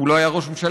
הוא לא היה ראש ממשלה,